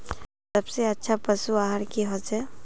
सबसे अच्छा पशु आहार की होचए?